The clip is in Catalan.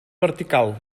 vertical